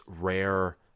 rare